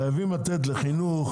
חייבים לתת לחינוך,